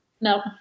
No